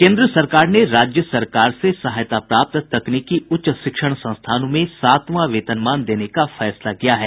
केन्द्र सरकार ने राज्य सरकार से सहायता प्राप्त तकनीकी उच्च शिक्षण संस्थानों में सातवां वेतनमान देने का फैसला किया है